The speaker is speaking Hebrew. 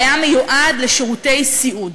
והיה מיועד לשירותי סיעוד.